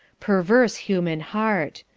perverse human heart!